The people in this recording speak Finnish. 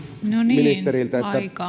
ministeriltä